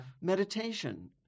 Meditation